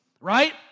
right